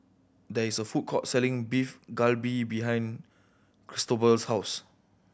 there is a food court selling Beef Galbi behind Cristobal's house